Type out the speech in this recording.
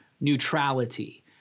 neutrality